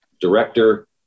director